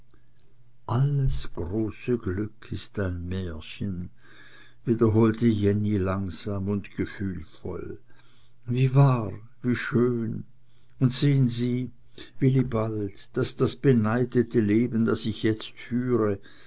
alles große glück ist ein märchen wiederholte jenny langsam und gefühlvoll wie wahr wie schön und sehen sie wilibald daß das beneidete leben das ich jetzt führe